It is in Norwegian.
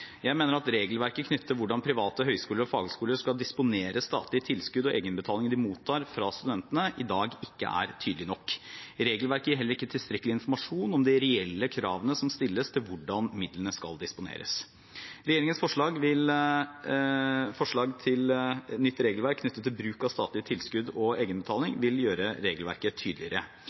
Jeg mener at regelverket knyttet til hvordan private høyskoler og fagskoler skal disponere statlige tilskudd og egeninnbetaling de mottar fra studentene, ikke er tydelig nok i dag. Regelverket gir heller ikke tilstrekkelig informasjon om de reelle kravene som stilles til hvordan midlene skal disponeres. Regjeringens forslag til nytt regelverk knyttet til bruk av statlige tilskudd og egenbetaling vil gjøre regelverket tydeligere.